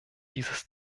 dieses